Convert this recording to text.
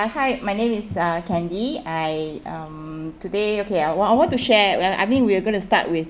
uh hi my name is uh candy I um today okay what I want to share when I mean we're going to start with